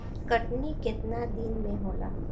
कटनी केतना दिन मे होला?